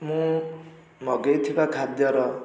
ମୁଁ ମଗେଇଥିବା ଖାଦ୍ୟର